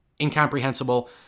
incomprehensible